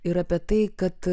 ir apie tai kad